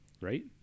Right